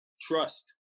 Trust